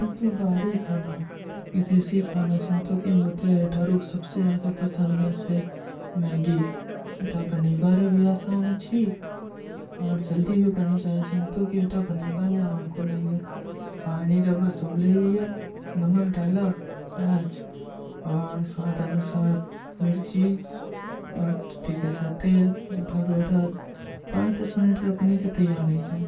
ଇନ୍ତୂ ବାରୀ ଖାନା, ବିଦେଶୀ ଖାନା ଚେଂତୋ କି ମତେ ଇଠା ରୂପ ସବସେ ଜ୍ଯାଦା ପସଂଦା ସେ ମୈଂଗୀ, ଇଠା ବନୀ ବାରେ ଭୀ ଆସାନ ହୈ ଚୀ, ଔର ଜଲ୍ଦୀ ଭୀ ବନୀ ଜାଯେ ଚେଂତୋ କି ଇଠା ବନୀ ବାରେ ହମାଂ କୋ ଲାଗେ, ପାନୀ ରଭା ସୁବଲେ ଲିଯା, ନମକ ଡାଲା, ପ୍ଯାଜ, ଔର ସ୍ଵାଧାନ ମିର୍ଚୀ, ଟିକେଶା ତେଲ, ଜୋ ଠାର ଗଟାର, ପାନୀ, ଟସ ମିନେଟ ରଭାନୀ କେ ତ୍ଯାର ହୀ ଜାଏ,